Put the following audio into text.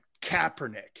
Kaepernick